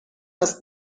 است